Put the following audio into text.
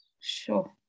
Sure